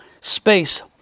space